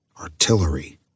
Artillery